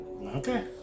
Okay